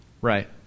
Right